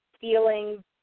feeling